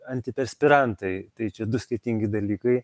antiperspirantai tai čia du skirtingi dalykai